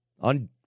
on